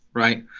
right?